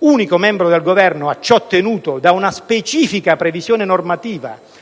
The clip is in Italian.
unico membro del Governo a ciò tenuto da una specifica previsione normativa,